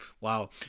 wow